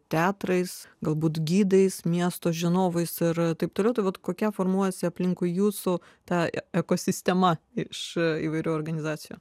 teatrais galbūt gydaisi miesto žinovais ir taip toliau tai vat kokia formuojasi aplinkui jūsų ta ekosistema iš įvairių organizacijų